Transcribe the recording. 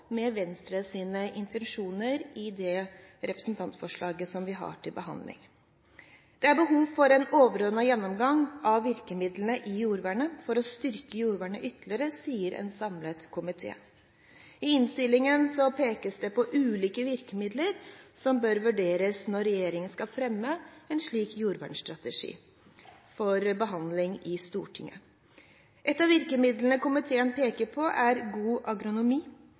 med Venstres intensjoner i det representantforslaget som vi har til behandling. Det er behov for en overordnet gjennomgang av virkemidlene i jordvernet for å styrke jordvernet ytterligere, sier en samlet komité. I innstillingen pekes det på ulike virkemidler som bør vurderes når regjeringen skal fremme forslag om en slik jordvernstrategi for behandling i Stortinget. Et av virkemidlene komiteen peker på, er god agronomi.